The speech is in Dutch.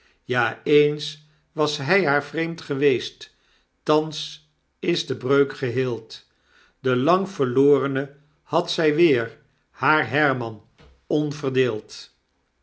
ja eens was hy haar vreemd geweest thans is de breuk geheeld den lang verloorne had zy weer haar herman onverdeeld